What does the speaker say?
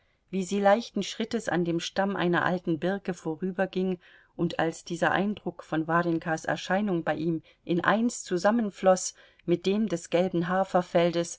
wie sie leichten schrittes an dem stamm einer alten birke vorüberging und als dieser eindruck von warjenkas erscheinung bei ihm in eins zusammenfloß mit dem des gelben haferfeldes